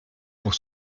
pour